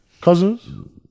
Cousins